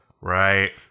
Right